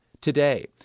today